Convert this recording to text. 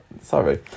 Sorry